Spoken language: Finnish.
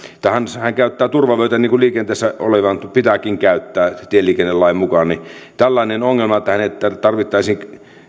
tai hän käyttää turvavyötä niin kuin liikenteessä olevan pitääkin käyttää tieliikennelain mukaan tällaista ongelmaa että hänet tarvitsisi